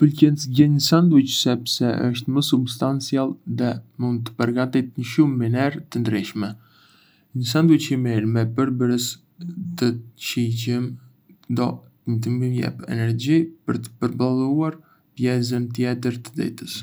Më pëlqen të zgjedh një sanduiç sepse është më substancial dhe mund të përgatitet në shumë mënyra të ndryshme. Një sanduiç i mirë me përbërës të shijshëm do të më jepte energji për të përballuar pjesën tjetër të ditës.